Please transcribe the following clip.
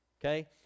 okay